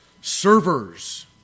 servers